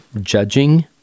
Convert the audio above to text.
judging